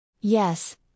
Yes